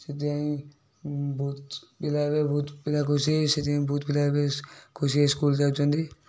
ସେଥିପାଇଁ ବହୁତ ପିଲା ଏବେ ବହୁତ ପିଲା ଖୁସି ହୋଇ ସେଥିପାଇଁ ବହୁତ ପିଲା ଏବେ ଖୁସି ହୋଇ ସ୍କୁଲ୍ ଯାଉଛନ୍ତି